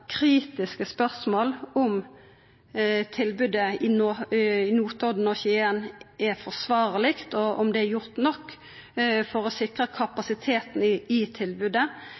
kritiske spørsmål ved om tilbodet på Notodden og i Skien er forsvarleg, og om det er gjort nok for å sikra kapasiteten i tilbodet. Er sengebygget i